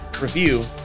review